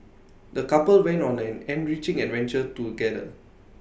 the couple went on an enriching adventure together